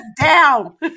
down